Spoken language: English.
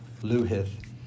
Luhith